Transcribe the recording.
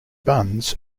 buns